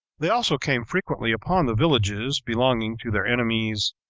they also came frequently upon the villages belonging to their enemies,